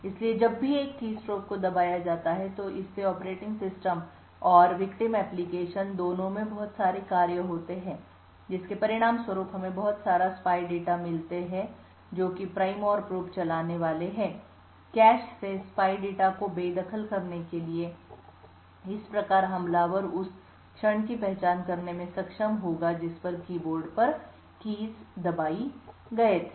इसलिए जब भी एक कीस्ट्रोक को दबाया जाता है तो इससे ऑपरेटिंग सिस्टम और पीड़ित अनुप्रयोग दोनों में बहुत सारे कार्य होते हैं जिसके परिणामस्वरूप हमें बहुत सारे स्पाई डेटा मिलते हैं जो कि प्राइम और प्रोब चलाने वाले होते हैं कैश से स्पाई डेटा के बेदखल करने के लिए इस प्रकार हमलावर उस क्षण की पहचान करने में सक्षम होगा जिस पर कीबोर्ड पर कीज़ दबाए गए थे